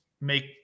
make